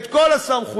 את כל הסמכויות,